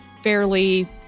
fairly